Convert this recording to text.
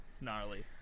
Gnarly